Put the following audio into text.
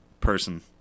person